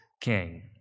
king